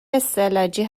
استعلاجی